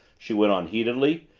she went on heatedly.